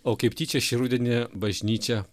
o kaip tyčia šį rudenį bažnyčia